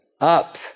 Up